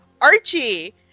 Archie